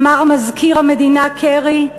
אמר מזכיר המדינה קרי: